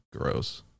Gross